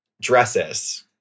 Dresses